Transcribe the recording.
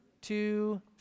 two